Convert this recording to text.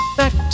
back